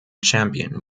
champion